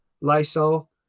lysol